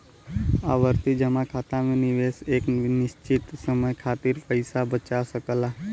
आवर्ती जमा खाता में निवेशक एक निश्चित समय खातिर पइसा बचा सकला